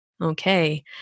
Okay